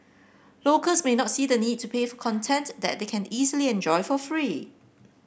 locals may not see the need to pay for content that they can easily enjoy for free